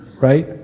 right